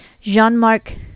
Jean-Marc